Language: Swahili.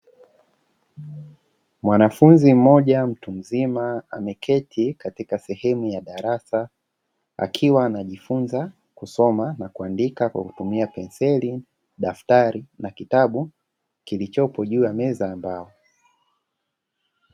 Mwanafunzi mmoja mtu mzima ameketi katika sehemu ya darasa, akiwa anajifunza kusoma kuandika kwa kutumia penseli, daftari na kitabu kilichopo juu ya meza ya mbao.